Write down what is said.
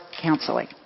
counseling